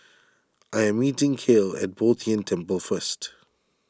I am meeting Cale at Bo Tien Temple first